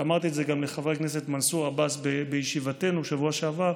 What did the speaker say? ואמרתי את זה גם לחבר הכנסת מנסור עבאס בישיבתנו בשבוע שעבר,